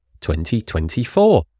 2024